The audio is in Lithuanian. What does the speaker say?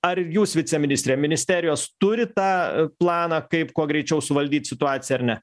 ar jūs viceministre ministerijos turi tą planą kaip kuo greičiau suvaldyt situaciją ar ne